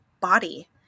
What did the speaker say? body